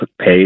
pay